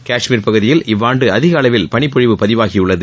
கஷ்மீர் பகுதியில் இவ்வாண்டு அதிக அளவில் பனிப்பொழிவு பதிவாகியுள்ளது